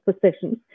positions